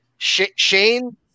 Shane